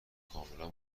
کاملا